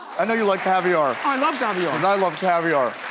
i know you like caviar. i love caviar. and i love caviar.